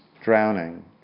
drowning